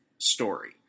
story